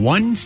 One